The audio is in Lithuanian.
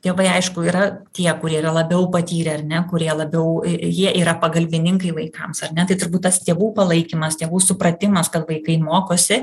tėvai aišku yra tie kurie yra labiau patyrę ar ne kurie labiau jie yra pagalbininkai vaikams ar ne tai turbūt tas tėvų palaikymas tėvų supratimas kad vaikai mokosi